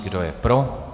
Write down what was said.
Kdo je pro?